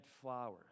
flowers